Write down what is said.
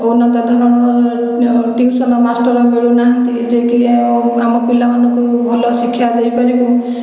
ଉନ୍ନତ ଧରଣର tuition master ମିଳୁନାହାନ୍ତି ଯିଏ କି ଆମ ପିଲାମାନଙ୍କୁ ଭଲ ଶିକ୍ଷା ଦେଇପାରିବେ